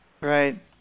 Right